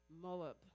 Moab